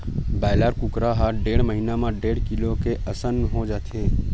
broiler कुकरा ह डेढ़ महिना म डेढ़ किलो के असन हो जाथे